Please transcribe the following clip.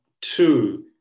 two